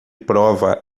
prova